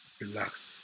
Relax